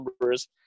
numbers